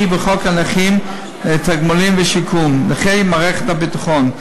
וחוק הנכים (תגמולים ושיקום) ולנכי מערכת הביטחון.